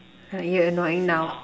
oh you're annoying now